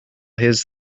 his